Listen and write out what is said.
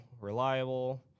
reliable